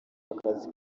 akazi